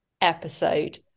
episode